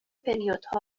پریودها